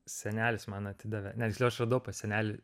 senelis man atidavė ne tiksliau aš radau pas senelį